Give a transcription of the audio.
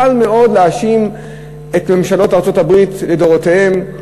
קל מאוד להאשים את ממשלות ארצות-הברית לדורותיהן,